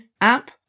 app